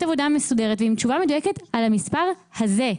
עבודה מסודרת ועם תשובה מדויקת על המספר הזה.